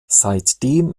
seitdem